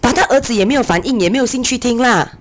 but 她儿子也没有反应也没有兴趣听 lah